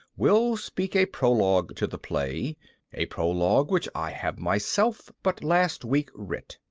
will speak a prologue to the play a prologue which i have myself but last week writ.